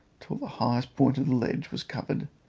till the highest point the ledge was covered,